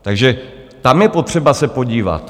Takže tam je potřeba se podívat.